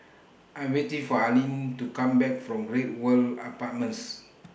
I'm waiting For Alene to Come Back from Great World Apartments